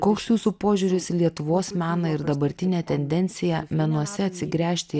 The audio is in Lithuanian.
koks jūsų požiūris į lietuvos meną ir dabartinę tendenciją menuose atsigręžti